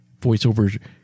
voiceover